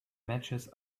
matches